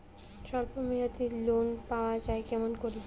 স্বল্প মেয়াদি লোন পাওয়া যায় কেমন করি?